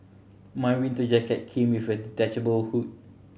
my winter jacket came with a detachable hood